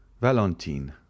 Valentine